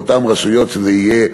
באותן רשויות שזה יהיה,